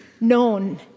known